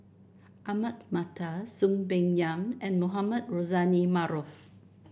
Ahmad Mattar Soon Peng Yam and Mohamed Rozani Maarof